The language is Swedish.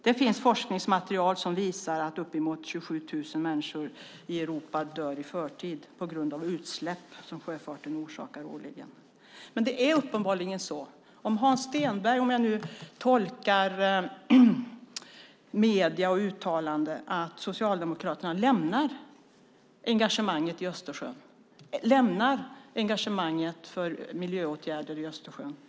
Det finns forskningsmaterial som visar att uppemot 27 000 människor i Europa dör i förtid på grund av utsläpp som sjöfarten orsakar årligen. Det är uppenbarligen så, Hans Stenberg, när jag tolkar uttalanden i medierna, att Socialdemokraterna lämnar engagemanget för miljöåtgärder i Östersjön.